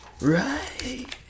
Right